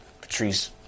Patrice